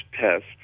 test